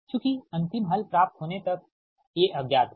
चूंकि अंतिम हल प्राप्त होने तक ये अज्ञात हैं